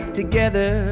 together